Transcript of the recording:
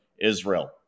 Israel